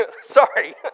sorry